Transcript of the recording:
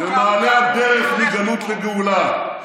במעלה הדרך מגלות לגאולה,